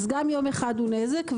אז גם יום אחד הוא נזק.